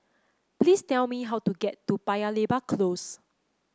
please tell me how to get to Paya Lebar Close